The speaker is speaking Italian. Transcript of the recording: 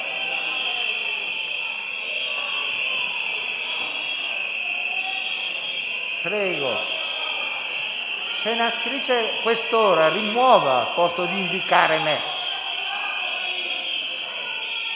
Prego, senatrice Questore, rimuova al posto di indicare me.